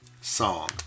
song